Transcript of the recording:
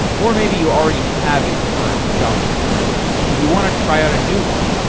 or maybe you already have a preferred javascript framework, but you want to try out a new one.